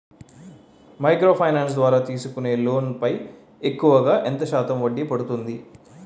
Micro finance ద్వారా తీసుకునే loan పై ఎక్కువుగా ఎంత శాతం వడ్డీ పడుతుంది?